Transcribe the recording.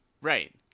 Right